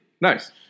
Nice